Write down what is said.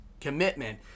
commitment